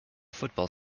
football